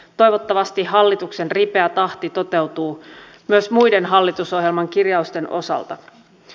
toivottavasti hallituksen ripeä tahti toteutuu myös muiden hallitusohjelman kirjausten osalta